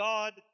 God